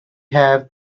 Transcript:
have